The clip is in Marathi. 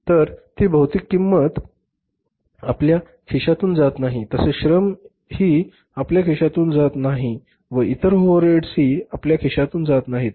तर ती भौतिक किंमत आपल्या खिशातून जात नाही तसेच श्रम खर्च ही आपल्या खिशातून जात नाही व इतर ओव्हरहेड्स हि आपल्या खिशातून जात नाहीत